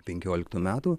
penkioliktų metų